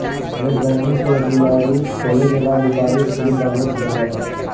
net banking से FD RD खोले के बाद डिपाजिट स्लिप डाउनलोड किहल जा सकला